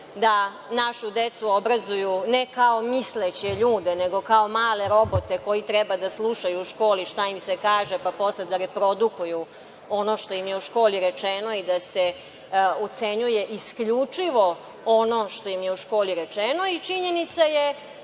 da našu decu obrazuju ne kao misleće ljude, nego kao male robote koji treba da slušaju u školi šta im se kaže pa posle da reprodukuju ono što im je u školi rečeno i da se ocenjuje isključivo ono što im je u školi rečeno i činjenica je